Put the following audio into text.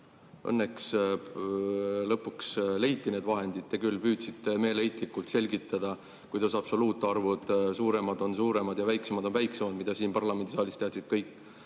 Õnneks lõpuks leiti vahendid. Te küll püüdsite meeleheitlikult selgitada, kuidas suuremad absoluutarvud on suuremad ja väiksemad on väiksemad, mida siin parlamendisaalis teadsid kõik.